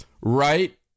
Right